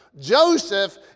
Joseph